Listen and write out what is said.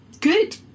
good